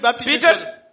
Peter